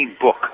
book